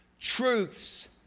truths